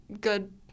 good